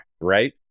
Right